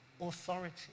authority